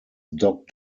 doc